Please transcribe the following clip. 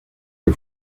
que